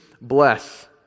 bless